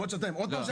ובעוד שנתיים עוד פעם?